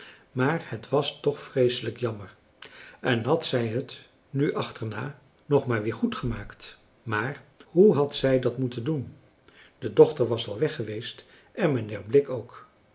en kennissen was toch vreeslijk jammer en had zij het nu achterna nog maar weer goedgemaakt maar hoe had zij dat moeten doen de dochter was al weg geweest en mijnheer blik ook